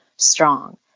strong